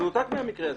במנותק מהמקרה הזה,